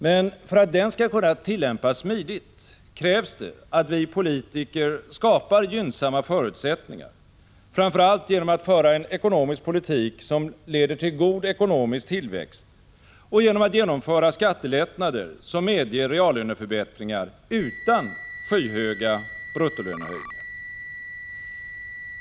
Men för att den skall kunna tillämpas smidigt krävs det att vi politiker skapar gynnsamma förutsättningar, framför allt genom att föra en ekonomisk politik som leder till god ekonomisk tillväxt och genom att genomföra skattelättnader som medger reallöneförbättringar utan skyhöga bruttolönehöjningar.